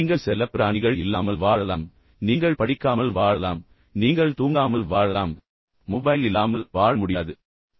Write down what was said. நீங்கள் செல்லப்பிராணிகள் இல்லாமல் வாழலாம் நீங்கள் படிக்காமல் வாழலாம் நீங்கள் தூங்காமல் வாழலாம் ஆனால் நீங்கள் மொபைல் இல்லாமல் வாழ முடியாது என்று தெரிகிறது